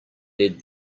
led